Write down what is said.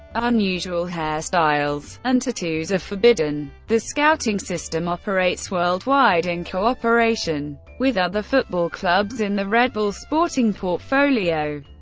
unusual hair styles and tattoos are forbidden. the scouting system operates worldwide, in cooperation with other football clubs in the red bull sporting portfolio.